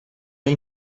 این